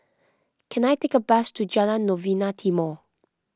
can I take a bus to Jalan Novena Timor